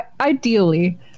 Ideally